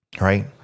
right